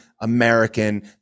American